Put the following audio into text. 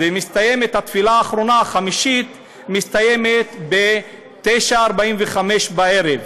והתפילה האחרונה, החמישית, מסתיימת ב-21:45 בערב.